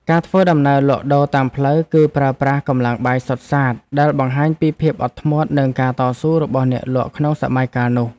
ការធ្វើដំណើរលក់ដូរតាមផ្លូវ គឺប្រើប្រាស់កម្លាំងបាយសុទ្ធសាធដែលបង្ហាញពីភាពអត់ធ្មត់និងការតស៊ូរបស់អ្នកលក់ក្នុងសម័យកាលនោះ។